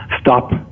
stop